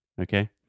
Okay